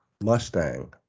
Mustang